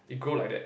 it go like that